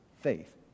faith